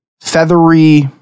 feathery